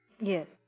Yes